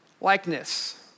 likeness